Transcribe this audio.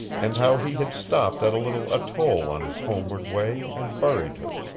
and how he had stopped at a little atoll on his homeward way and buried her.